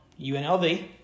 UNLV